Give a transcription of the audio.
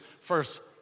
first